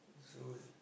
so